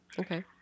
okay